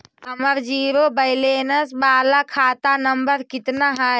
हमर zero balance बाला खाता नम्बर कितना है?